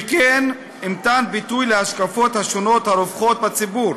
וכן "מתן ביטוי להשקפות השונות הרווחות בציבור".